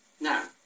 Now